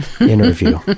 interview